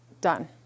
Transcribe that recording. done